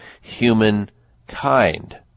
humankind